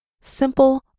Simple